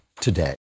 today